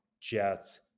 jets